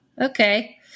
Okay